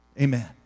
Amen